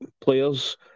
players